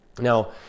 Now